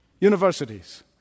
universities